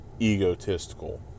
egotistical